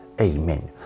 Amen